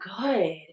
good